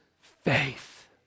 faith